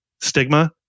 stigma